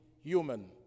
human